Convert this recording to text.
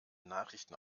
nachrichten